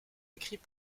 écrits